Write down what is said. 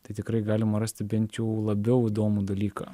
tai tikrai galima rasti bent jau labiau įdomų dalyką